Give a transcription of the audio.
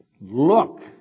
Look